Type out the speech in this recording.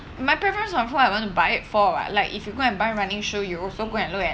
my preference on who I want to buy it from like if you go and buy running shoe you also go and look at